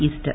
Easter